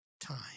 time